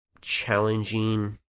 challenging